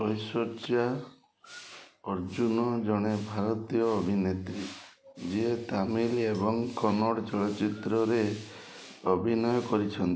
ଐଶ୍ୱର୍ଯ୍ୟା ଅର୍ଜୁନ ଜଣେ ଭାରତୀୟ ଅଭିନେତ୍ରୀ ଯିଏ ତାମିଲ ଏବଂ କନ୍ନଡ଼ ଚଳଚ୍ଚିତ୍ରରେ ଅଭିନୟ କରିଛନ୍ତି